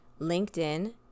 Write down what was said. LinkedIn